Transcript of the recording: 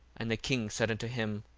and the king said unto him,